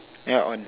yeah one